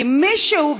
כי היו,